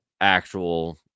actual